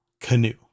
Canoe